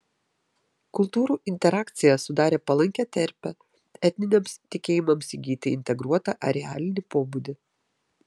kultūrų interakcija sudarė palankią terpę etniniams tikėjimams įgyti integruotą arealinį pobūdį